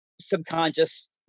subconscious